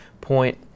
point